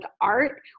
art